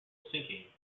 sinking